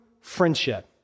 friendship